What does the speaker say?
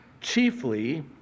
chiefly